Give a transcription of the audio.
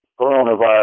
coronavirus